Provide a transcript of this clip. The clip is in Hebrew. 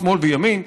ושמאל וימין,